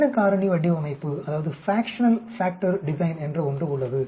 பின்ன காரணி வடிவமைப்பு என்று ஒன்று உள்ளது